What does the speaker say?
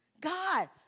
God